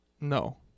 No